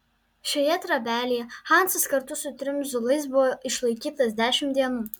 šioje trobelėje hansas kartu su trim zulais buvo išlaikytas dešimt dienų